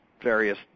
various